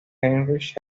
heinrich